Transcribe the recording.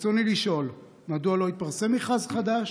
ברצוני לשאול: 1. מדוע לא התפרסם מכרז חדש?